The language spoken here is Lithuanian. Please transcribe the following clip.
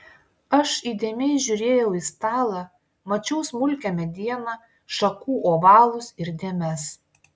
aš įdėmiai žiūrėjau į stalą mačiau smulkią medieną šakų ovalus ir dėmes